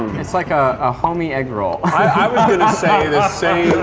it's like a homey egg roll. i was gonna say the ah same